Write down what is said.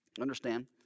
Understand